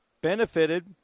benefited